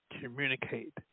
communicate